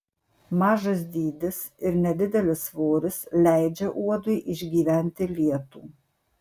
mažas dydis ir nedidelis svoris leidžia uodui išgyventi lietų